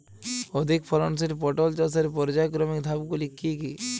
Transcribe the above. অধিক ফলনশীল পটল চাষের পর্যায়ক্রমিক ধাপগুলি কি কি?